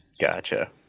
Gotcha